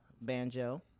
banjo